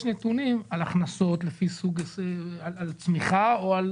יש נתונים על הכנסות, על צמיחה או על